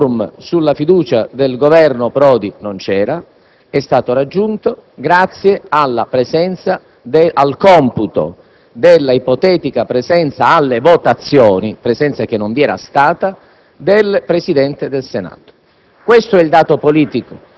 Ieri sera il *quorum* sulla fiducia al Governo Prodi non c'era. È stato raggiunto grazie al computo della ipotetica presenza alle votazioni - presenza che non vi era stata - del Presidente del Senato.